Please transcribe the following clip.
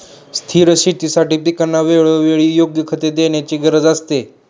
स्थिर शेतीसाठी पिकांना वेळोवेळी योग्य खते देण्याची गरज असते